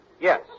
Yes